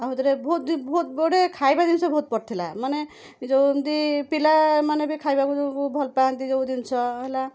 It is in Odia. ୟା ଭିତରେ ବହୁତ ବହୁତ ଗୁଡ଼ିଏ ଖାଇବା ଜିନିଷ ବହୁତ ପଡ଼ିଥିଲା ମାନେ ଏ ଯେଉଁ ଏମତି ପିଲାମାନେ ବି ଖାଇବାକୁ ଯେଉଁ ଭଲପାଆନ୍ତି ଯେଉଁ ଜିନଷ ହେଲା